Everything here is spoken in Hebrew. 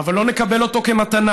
אבל לא נקבל אותו כמתנה.